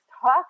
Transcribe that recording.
talk